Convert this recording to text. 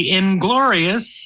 inglorious